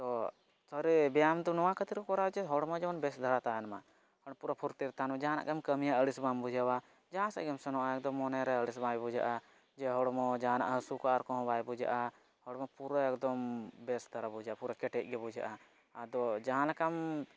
ᱛᱳ ᱥᱮᱛᱟᱜᱨᱮ ᱵᱮᱭᱟᱢ ᱫᱚ ᱱᱚᱣᱟ ᱠᱷᱟᱛᱤᱨ ᱠᱚ ᱠᱚᱨᱟᱣᱟ ᱡᱮ ᱦᱚᱲᱢᱚ ᱡᱮᱢᱚᱱ ᱵᱮᱥ ᱫᱷᱟᱨᱟ ᱛᱟᱦᱮᱱ ᱢᱟ ᱟᱨ ᱯᱩᱨᱟᱹ ᱯᱷᱩᱨᱛᱤᱨᱮ ᱛᱟᱦᱮᱱ ᱢᱟ ᱡᱟᱦᱟᱱᱟᱜ ᱜᱮᱢ ᱠᱟᱹᱢᱤᱭᱟ ᱟᱲᱤᱥ ᱵᱟᱢ ᱵᱩᱡᱷᱟᱹᱣᱟ ᱡᱟᱦᱟᱸ ᱥᱮᱫᱜᱮᱢ ᱥᱮᱱᱚᱜᱼᱟ ᱮᱠᱫᱚᱢ ᱢᱚᱱᱮᱨᱮ ᱟᱲᱤᱥ ᱵᱟᱭ ᱵᱩᱡᱷᱟᱹᱜᱼᱟ ᱡᱮ ᱦᱚᱲᱢᱚ ᱡᱟᱦᱟᱱᱟᱜ ᱦᱟᱥᱩ ᱠᱚ ᱟᱨ ᱠᱚᱦᱚᱸ ᱵᱟᱭ ᱵᱩᱡᱷᱟᱹᱜᱼᱟ ᱦᱚᱲᱢᱚ ᱯᱩᱨᱟᱹ ᱮᱠᱫᱚᱢ ᱵᱮᱥ ᱫᱷᱟᱨᱟ ᱵᱩᱡᱷᱟᱹᱜᱼᱟ ᱯᱩᱨᱟᱹ ᱠᱮᱴᱮᱡᱜᱮ ᱵᱩᱡᱷᱟᱹᱜᱼᱟ ᱟᱫᱚ ᱡᱟᱦᱟᱸ ᱞᱮᱠᱟᱢ